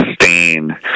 sustain